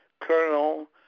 colonel